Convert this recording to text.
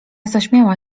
zaśmiała